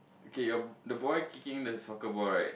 okay a the boy kicking the soccer ball right